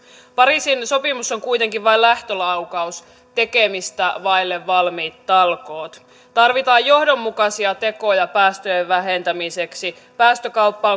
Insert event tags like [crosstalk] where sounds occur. pariisin sopimus on kuitenkin vain lähtölaukaus tekemistä vaille valmiit talkoot tarvitaan johdonmukaisia tekoja päästöjen vähentämiseksi päästökauppa [unintelligible]